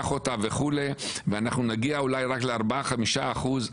אותה וכו' ואנחנו נגיע אולי רק ל-4-5 אחוז,